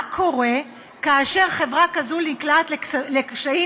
מה קורה כאשר חברה כזאת נקלעת לקשיים